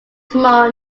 tomorrow